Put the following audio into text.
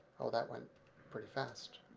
that went pretty fast,